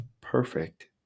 perfect